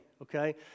Okay